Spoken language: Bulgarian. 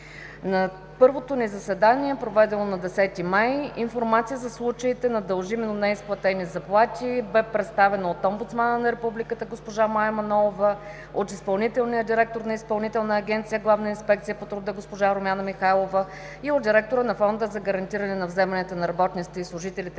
На първото ни заседание, проведено на 10 май 2017 г. информация за случаите на дължими, но неизплатени заплати бе представена от омбудсмана на Републиката – госпожа Мая Манолова, от изпълнителния директор на Изпълнителна агенция „Главна инспекция по труда“ госпожа Румяна Михайлова и от директора на Фонда за гарантиране на вземанията на работниците и служителите